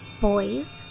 Boys